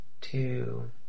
two